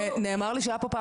נאמר לי שהיה פעם